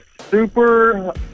super